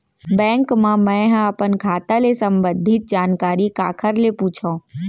Bank मा मैं ह अपन खाता ले संबंधित जानकारी काखर से पूछव?